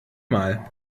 mal